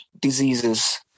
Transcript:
diseases